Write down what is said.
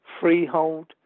freehold